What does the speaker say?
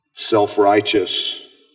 self-righteous